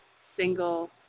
single